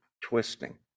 twisting